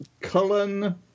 Cullen